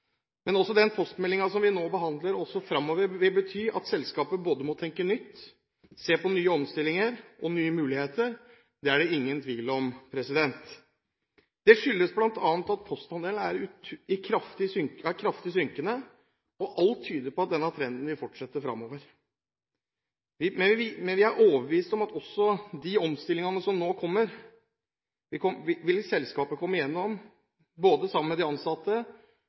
Men den postmeldingen vi nå behandler, vil bety at selskapet også fremover må tenke nytt, se på nye omstillinger og nye muligheter – det er det ingen tvil om. Dette skyldes bl.a. at postandelen er kraftig synkende, og alt tyder på at denne trenden vil fortsette fremover. Vi er overbevist om at også de omstillingene som nå kommer, vil selskapet, sammen med de ansatte,